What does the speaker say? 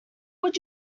would